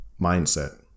mindset